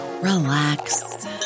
relax